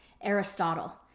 Aristotle